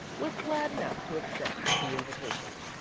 was glad enough to accept the invitation.